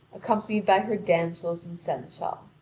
accompanied by her damsels and seneschal?